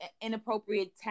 inappropriate